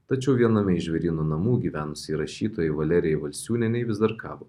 tačiau viename iš žvėryno namų gyvenusiai rašytojai valerijai valsiūnienei vis dar kabo